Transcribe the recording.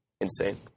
insane